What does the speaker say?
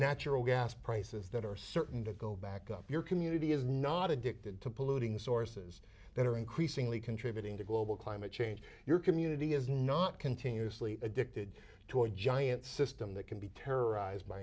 natural gas prices that are certain to go back up your community is not addicted to polluting sources that are increasingly can to global climate change your community is not continuously addicted to a giant system that can be terrorized by